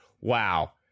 wow